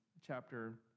chapter